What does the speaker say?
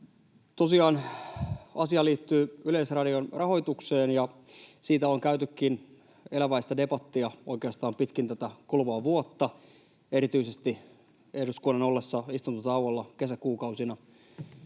tosiaan liittyy Yleisradion rahoitukseen, ja siitä on käytykin eläväistä debattia oikeastaan pitkin tätä kuluvaa vuotta erityisesti eduskunnan ollessa istuntotauolla kesäkuukausina.